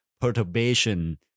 perturbation